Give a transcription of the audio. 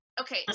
Okay